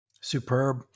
Superb